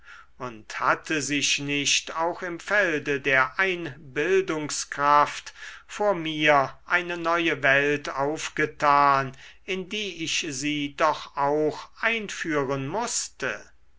und hatte sich nicht auch im felde der einbildungskraft vor mir eine neue welt aufgetan in die ich sie doch auch einführen mußte